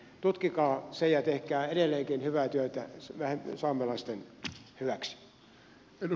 tutkikaa se ja tehkää edelleenkin hyvää työtä saamelaisten hyväksi